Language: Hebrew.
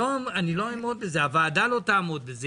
לא אעמוד בזה, הוועדה לא תעמוד בזה.